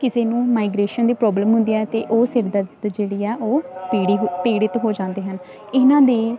ਕਿਸੇ ਨੂੰ ਮਾਈਗ੍ਰੇਸ਼ਨ ਦੀ ਪ੍ਰੋਬਲਮ ਹੁੰਦੀ ਹੈ ਅਤੇ ਉਹ ਸਿਰ ਦਰਦ ਜਿਹੜੀ ਆ ਉਹ ਪੀੜੀ ਪੀੜਿਤ ਹੋ ਜਾਂਦੇ ਹਨ ਇਹਨਾਂ ਦੇ